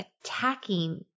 attacking